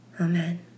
Amen